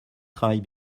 travaille